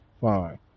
fine